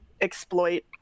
exploit